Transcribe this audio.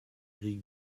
erik